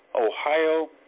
Ohio